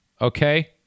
okay